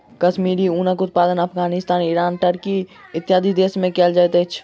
कश्मीरी ऊनक उत्पादन Afghanistan, Iran, Turkey, इत्यादि देश में कयल जाइत अछि